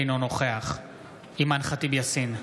אינו נוכח אימאן ח'טיב יאסין,